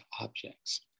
objects